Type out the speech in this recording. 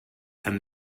and